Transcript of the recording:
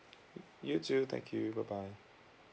you too thank you bye bye